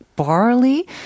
barley